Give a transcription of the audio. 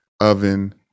oven